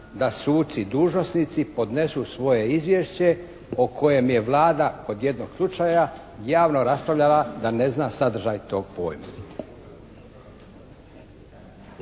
da suci dužnosnici podnesu svoje izvješće o kojem je Vlada kod jednog slučaja javno raspravljala da ne zna sadržaj tog pojma.